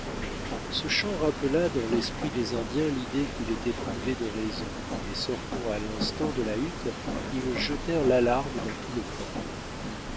ce chant rappela dans l'esprit des indiens l'idée qu'il était privé de raison et sortant à l'instant de la hutte ils jetèrent l'alarme dans tout le camp